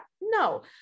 No